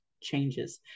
changes